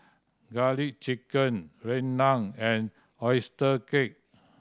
Garlic Chicken rendang and oyster cake